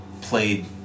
played